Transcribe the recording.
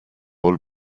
all